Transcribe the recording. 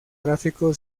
gráfico